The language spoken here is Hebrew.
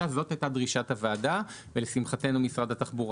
קביעת התקנות כך שיכול להיות מצב שבו חלק